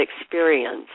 experience